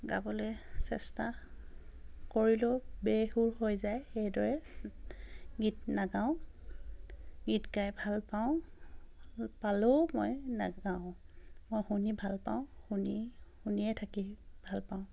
গাবলে চেষ্টা কৰিলেও বে সুৰ হৈ যায় সেইদৰে গীত নাগাওঁ গীত গাই ভাল পাওঁ পালেও মই ন গাওঁ মই শুনি ভাল পাওঁ শুনি শুনিয়ে থাকি ভাল পাওঁ